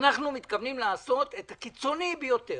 אנחנו מתכוונים לעשות את הקיצוני ביותר